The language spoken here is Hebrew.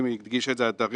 זה לא עובד